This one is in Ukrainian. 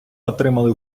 отримали